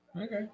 Okay